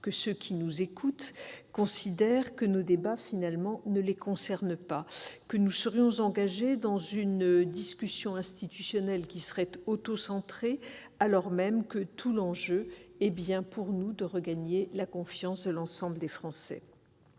que ceux qui nous écoutent considèrent que nos débats, finalement, ne les concernent pas et que nous serions engagés dans une discussion institutionnelle autocentrée. Au contraire, tout l'enjeu est pour nous de regagner la confiance de l'ensemble des Français.